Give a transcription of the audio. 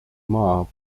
maa